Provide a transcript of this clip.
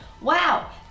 Wow